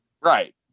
Right